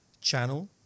channel